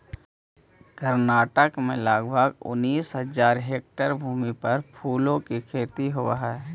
कर्नाटक में लगभग उनीस हज़ार हेक्टेयर भूमि पर फूलों की खेती होवे हई